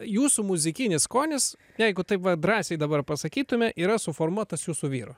jūsų muzikinis skonis jeigu taip va drąsiai dabar pasakytume yra suformuotas jūsų vyro